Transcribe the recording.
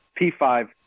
P5